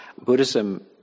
Buddhism